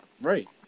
Right